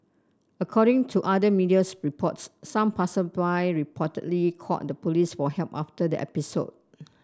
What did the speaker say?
according to other medias reports some passersby reportedly called the police for help after the episode